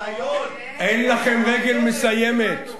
אין לכם רגל מסיימת.